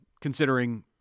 considering